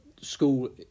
school